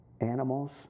animals